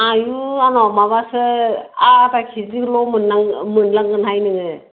आयु आंनाव माबासो आधा केजिल' मोनलांगोनहाय नोङो